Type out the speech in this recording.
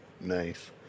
Nice